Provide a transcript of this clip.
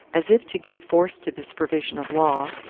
as if to give force to this provision of law,